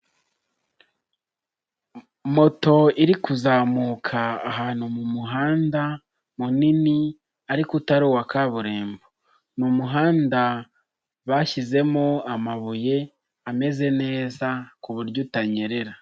Moto iri kuzamuka ahantu mu muhanda munini ariko utari uwa kaburimbo, ni umuhanda bashyizemo amabuye ameze neza ku buryo utanyerera.